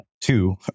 Two